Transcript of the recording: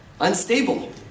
unstable